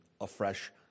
afresh